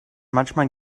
manchmal